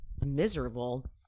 miserable